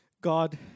God